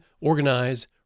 organize